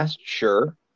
Sure